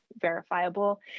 verifiable